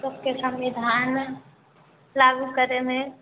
सबके संविधान लागू करएमे